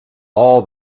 all